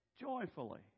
joyfully